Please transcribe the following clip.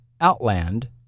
Outland